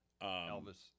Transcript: Elvis